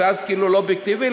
ואז כאילו לא אובייקטיבי,